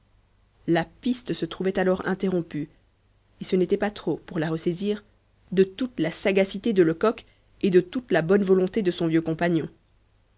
la piste se trouvait alors interrompue et ce n'était pas trop pour la ressaisir de toute la sagacité de lecoq et de toute la bonne volonté de son vieux compagnon